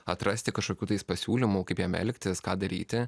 atrasti kažkokių tai jis pasiūlymų kaip jame elgtis ką daryti